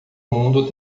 mundo